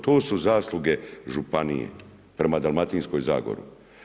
To su zasluge županije prema Dalmatinskoj zagori.